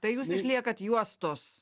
tai jūs išliekat juostos